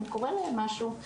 אם קורה להם משהו,